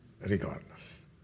regardless